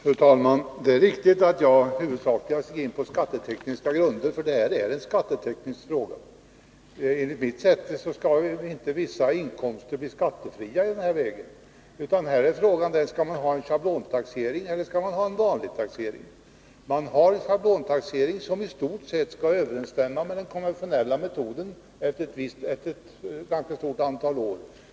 Fru talman! Det är riktigt att jag huvudsakligen gick in på skattetekniska grunder, för det här är en skatteteknisk fråga. Enligt mitt sätt att se skall inte vissa inkomster bli skattefria den här vägen, utan frågan gäller: Skall man ha en schablontaxering, eller skall man ha en vanlig taxering? Man har en schablontaxering som i stort sett skall överensstämma med den konventionella metoden efter ett ganska stort antal år.